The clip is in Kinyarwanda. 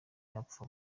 bapfa